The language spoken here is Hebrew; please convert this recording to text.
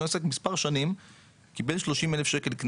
עסק מספר שנים קיבל קנס של 30,000 שקל.